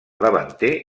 davanter